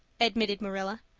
admitted marilla.